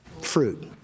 fruit